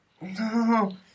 no